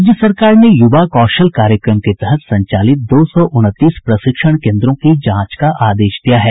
राज्य सरकार ने युवा कौशल कार्यक्रम के तहत संचालित दो सौ उनतीस प्रशिक्षण केन्द्रों की जांच का आदेश दिया है